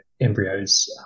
embryos